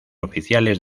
oficiales